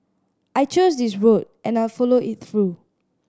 I chose this road and I'll follow it through